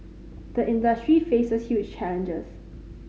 the industry faces huge challenges